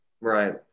Right